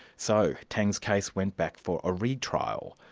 so tang's case went back for a re-trial,